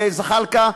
זחאלקה,